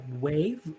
wave